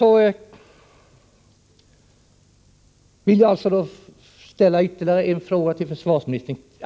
Jag vill alltså ställa ytterligare en fråga till försvarsministern.